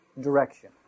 direction